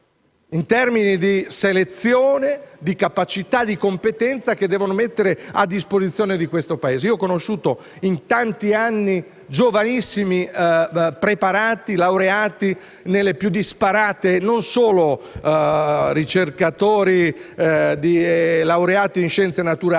in termini di selezione di capacità e di competenza che devono mettere a disposizione di questo Paese. Ho conosciuto in tanti anni giovanissimi preparati, laureati nelle più disparate discipline, non solo ricercatori laureati in scienze naturali.